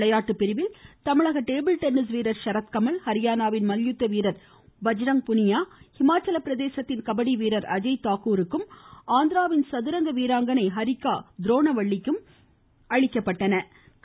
விளையாட்டு பிரிவில் தமிழக டேபிள் டென்னிஸ் வீரர் ஷரத் கமல் ஹரியானாவின் மல்யுத்த வீரர் பஜ்ரங் புனியா ஹிமாச்சல பிரதேசத்தின் கபடி வீரர் அஜய் தாக்கூருக்கும் ஆந்திராவின் சதுரங்க வீராங்கனை ஹரிக்கா துரோணவள்ளிக்கும் பத்ம றீ விருதுகள் அளிக்கப்பட்டன